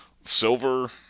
silver